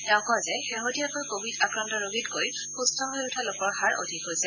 তেওঁ কয় যে শেহতীয়াকৈ কোৱিড আক্ৰান্ত ৰোগীতকৈ সুস্থ হৈ উঠা লোকৰ হাৰ অধিক হৈছে